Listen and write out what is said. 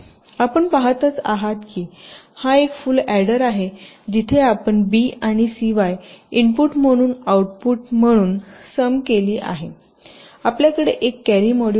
आपण पहातच आहात की हा एक फुल अॅडर आहे जिथे आपण बी आणि cy इनपुट म्हणून आऊटपुट म्हणून सम केली आहे आपल्याकडे एक कॅरी मॉड्यूल आहे